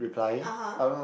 (uh huh)